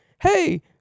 hey